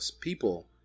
people